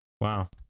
Wow